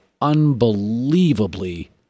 unbelievably